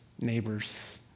neighbors